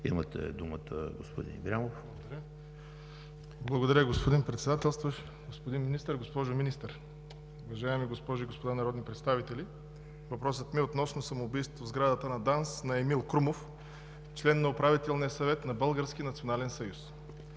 Имате думата, господин Ибрямов. ДЖЕЙХАН ИБРЯМОВ (ДПС): Благодаря, господин Председателстващ. Господин Министър, госпожо Министър, уважаеми госпожи и господа народни представители! Въпросът ми е относно самоубийството в сградата на ДАНС на Емил Крумов – член на Управителния съвет на